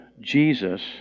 Jesus